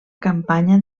campanya